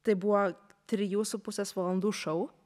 tai buvo trijų su pusės valandų šou